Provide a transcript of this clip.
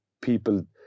people